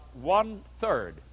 one-third